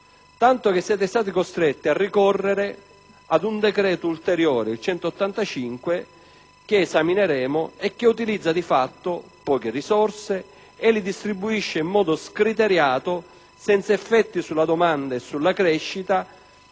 tanto che siete stati costretti a ricorrere ad un decreto ulteriore (il n. 185 del 29 novembre scorso, che esamineremo), che utilizza di fatto poche risorse, le distribuisce in modo scriteriato, senza effetti sulla domanda e sulla crescita